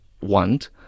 want